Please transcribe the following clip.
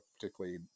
particularly